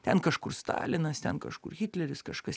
ten kažkur stalinas ten kažkur hitleris kažkas